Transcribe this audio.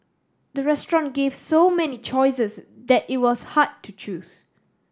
the restaurant gave so many choices that it was hard to choose